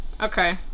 Okay